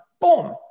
boom